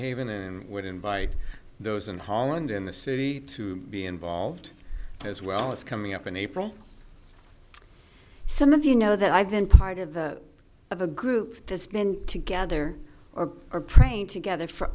haven and would invite those in holland in the city to be involved as well as coming up in april some of you know that i've been part of a of a group that's been together or are praying together for